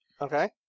Okay